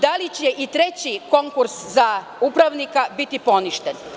Da li će i treći konkurs za upravnika biti poništen?